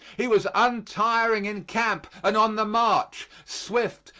he was untiring in camp and on the march swift,